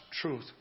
truth